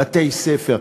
בתי-ספר,